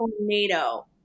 tornado